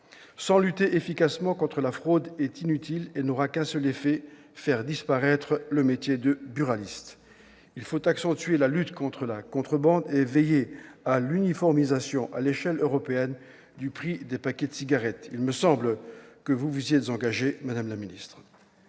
sans lutter efficacement contre la fraude est donc inutile et n'aura qu'un seul effet : faire disparaître le métier de buraliste. Il faut accentuer la lutte contre la contrebande et veiller à l'uniformisation, à l'échelle européenne, du prix des paquets de cigarettes. Il me semble que vous vous y êtes engagée, madame la ministre.